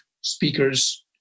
speakers